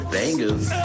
Bangers